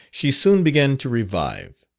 she soon began to revive.